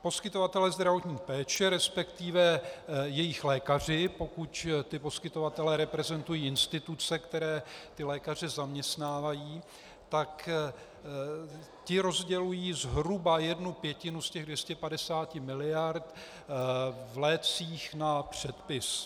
Poskytovatelé zdravotní péče, resp. jejich lékaři, pokud ti poskytovatelé reprezentují instituce, které ty lékaře zaměstnávají, tak ti rozdělují zhruba jednu pětinu z těch 250 mld. v lécích na předpis.